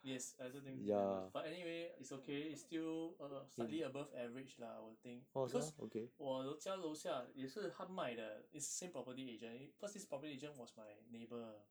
yes I also think but anyway it's okay it's still err slightly above average lah I will think because 我楼家楼下也是他卖的 is same property agent 因为 because this property agent was was my neighbour